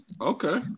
okay